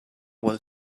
will